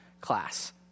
class